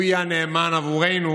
הוא יהיה הנאמן עבורנו